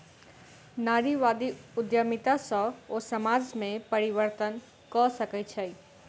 नारीवादी उद्यमिता सॅ ओ समाज में परिवर्तन कय सकै छै